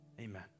amen